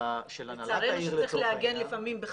לצערנו צריך לעגן לפעמים בחקיקה.